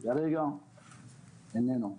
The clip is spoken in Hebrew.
כרגע הוא איננו.